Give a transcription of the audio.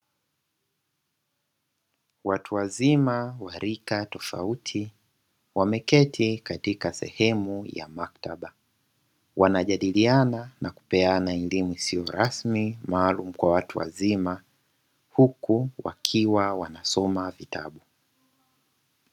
Watu wazima wa rika tofauti, wameketi katika sehemu ya maktaba, wanajadiliana na kupeana elimu isiyo rasmi, maalumu kwa watu wazima, huku wakiwa wanasoma vitabu.